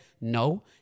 no